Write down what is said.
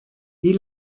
wie